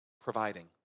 providing